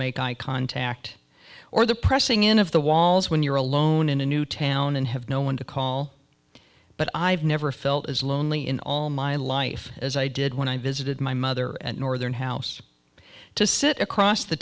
make eye contact or the pressing in of the walls when you're alone in a new town and have no one to call but i've never felt as lonely in all my life as i did when i visited my mother at northern house to sit across the